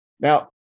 Now